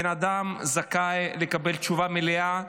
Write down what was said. בן אדם זכאי לקבל תשובה מלאה.